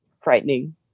frightening